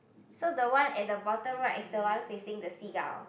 so the one at the bottom right is the one facing the seagull